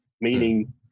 meaning